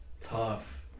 Tough